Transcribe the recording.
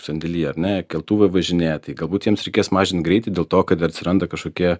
sandėly ar ne keltuvai važinėja tai galbūt jiems reikės mažint greitį dėl to kad atsiranda kažkokie